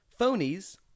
phonies